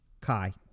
Kai